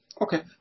Okay